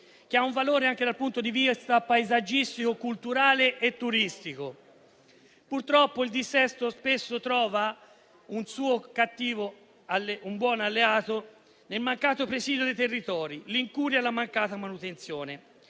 che ha un valore anche dal punto di vista paesaggistico, culturale e turistico. Purtroppo, il dissesto trova un buon alleato nel mancato presidio dei territori, nell'incuria e nella mancata manutenzione.